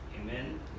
Amen